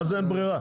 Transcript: מה זה אין בררה?